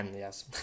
yes